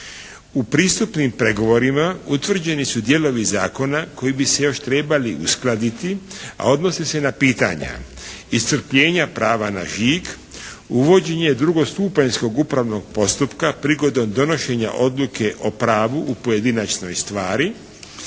U pristupnim pregovorima utvrđeni su dijelovi zakona koji bi se još trebali uskladiti a odnose se na pitanja iscrpljenja prava na žig, uvođenje drugostupanjskog upravnog postupka prigodom donošenja odluke o pravu u pojedinačnoj stvari